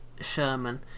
Sherman